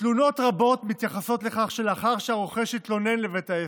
תלונות רבות מתייחסות לכך שלאחר שהרוכש התלונן לבית העסק,